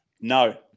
No